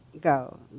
go